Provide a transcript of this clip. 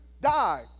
die